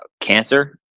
cancer